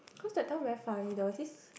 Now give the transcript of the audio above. cause that time very funny there was this